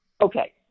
Okay